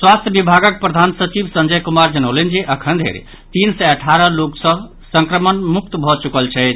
स्वास्थ्य विभागक प्रधान सचिव संजय कुमार जनौलनि जे अखन धरि तीन सय अठारह लोक सभ संक्रमण मुक्त भऽ चुकल छथि